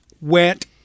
went